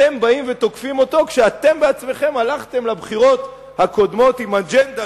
אתם באים ותוקפים אותו כשאתם בעצמכם הלכתם לבחירות הקודמות עם אג'נדה,